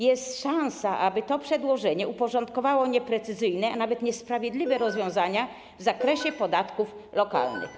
Jest szansa, że to przedłożenie uporządkuje nieprecyzyjne, a nawet niesprawiedliwe rozwiązania w zakresie podatków lokalnych.